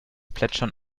plätschern